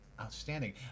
Outstanding